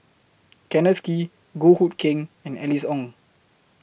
Kenneth Kee Goh Hood Keng and Alice Ong